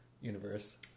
universe